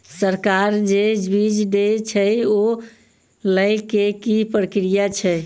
सरकार जे बीज देय छै ओ लय केँ की प्रक्रिया छै?